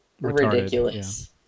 ridiculous